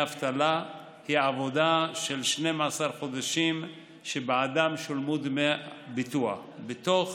אבטלה היא עבודה של 12 חודשים שבעדם שולמו דמי ביטוח בתוך